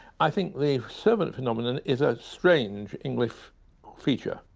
i think the servant phenomenon is a strange english feature,